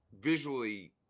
visually